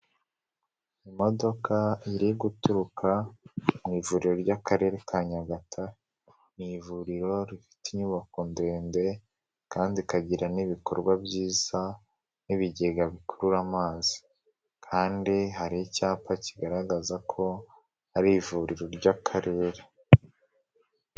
Imodoka iri guturuka mu ivuriro ry'akarere ka Nyagatare. Ni ivuriro rifite inyubako ndende kandi ikagira n'ibikorwa byiza n'ibigega bikurura amazi, kandi hari icyapa kigaragaza ko ari ivuriro ry’Akarere.